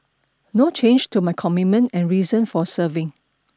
no change to my commitment and reason for serving